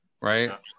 Right